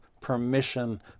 permission